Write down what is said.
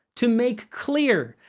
to make clear,